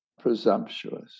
presumptuous